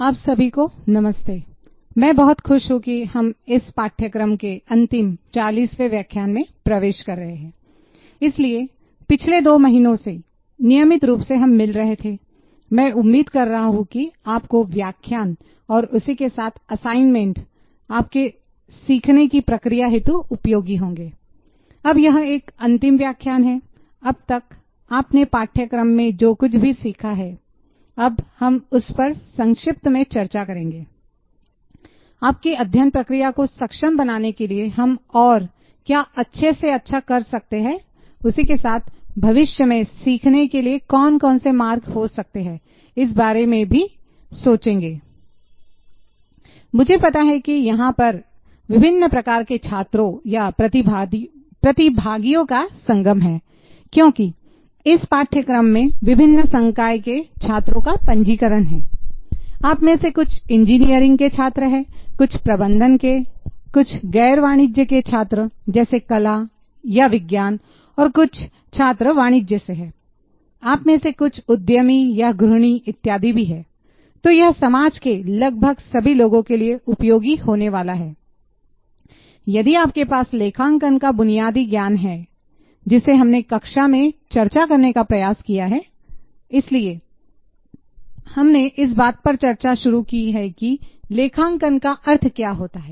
आप सभी को नमस्ते मैं बहुत खुश हूं कि हम इस पाठ्यक्रम के अंतिम 40 वी व्याख्यान में प्रवेश कर रहे हैं इसलिए पिछले 2 महीनों से नियमित रूप से हम मिल रहे थे मैं उम्मीद कर रहा हूं कि आपको व्याख्यान और उसी के साथ असाइनमेंट आपके सीखने की प्रक्रिया हेतु उपयोगी होंगे अब यह एक अंतिम व्याख्यान है अब तक आपने पाठ्यक्रम में जो कुछ भी सीखा है अब हम उस पर संक्षिप्त चर्चा करेंगे आपकी अध्ययन प्रक्रिया को सक्षम बनाने के लिए हम और क्या अच्छे से अच्छा कर सकते हैं उसी के साथ भविष्य में सीखने के लिए कौन कौन से मार्ग हो सकते हैं इस बारे में भी सोचेंगे मुझे पता है कि यहां पर विभिन्न प्रकार के छात्रों या प्रतिभागियों का संगम है क्योंकि इस पाठ्यक्रम में विभिन्न संकाय के छात्रों का पंजीकरण है आप में से कुछ इंजीनियरिंग के छात्र हैं कुछ प्रबंधन के कुछ गैर वाणिज्य के छात्र जैसे कला या विज्ञान और कुछ छात्र वाणिज्य से हैं आप में से कुछ उद्यमी या ग्रहणी इत्यादि भी है तो यह समाज के लगभग सभी लोगों के लिए उपयोगी होने वाला है यदि आपके पास लेखांकन का बुनियादी ज्ञान है जिसे हमने कक्षा में चर्चा करने का प्रयास किया है इसलिए हमने इस बात पर चर्चा शुरू की है कि लेखांकन का अर्थ क्या होता है